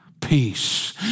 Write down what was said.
Peace